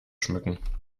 schmücken